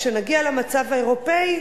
כשנגיע למצב האירופי,